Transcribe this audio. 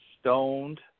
stoned